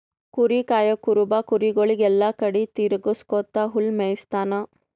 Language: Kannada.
ಕುರಿ ಕಾಯಾ ಕುರುಬ ಕುರಿಗೊಳಿಗ್ ಎಲ್ಲಾ ಕಡಿ ತಿರಗ್ಸ್ಕೊತ್ ಹುಲ್ಲ್ ಮೇಯಿಸ್ತಾನ್